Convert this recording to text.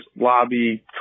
lobby